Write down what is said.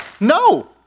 no